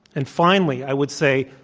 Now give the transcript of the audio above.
and finally, i would say,